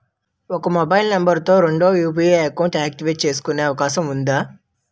ఒక mobile number తో రెండు యు.పి.ఐ అకౌంట్స్ యాక్టివేట్ చేసుకునే అవకాశం వుందా?